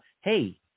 hey